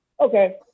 okay